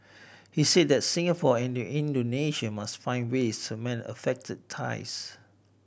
he said that Singapore and Indonesia must find ways to mend affected ties